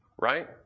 Right